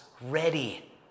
ready